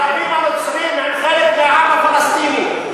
הערבים הנוצרים הם חלק מהעם הפלסטיני.